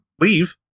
leave